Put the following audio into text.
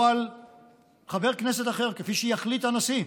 או על חבר כנסת אחר, כפי שיחליט הנשיא.